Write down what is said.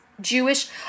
Jewish